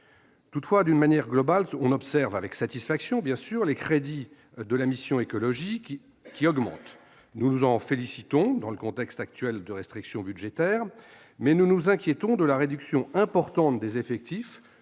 transport. De manière globale, nous observons avec satisfaction que les crédits de la mission sont en augmentation. Nous nous en félicitons dans le contexte actuel de restriction budgétaire, mais nous nous inquiétons de la réduction importante des effectifs-